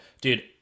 dude